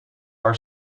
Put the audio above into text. our